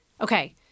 okay